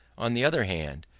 on the other hand,